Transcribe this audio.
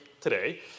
today